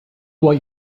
what